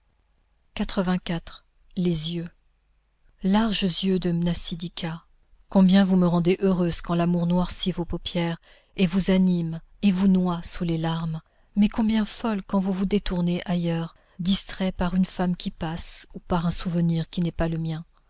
les yeux larges yeux de mnasidika combien vous me rendez heureuse quand l'amour noircit vos paupières et vous anime et vous noie sous les larmes mais combien folle quand vous vous détournez ailleurs distraits par une femme qui passe ou par un souvenir qui n'est pas le mien